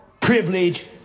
privilege